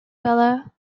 bala